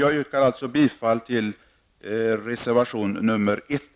Jag yrkar bifall till reservation 1.